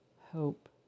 hope